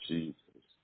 Jesus